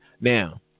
Now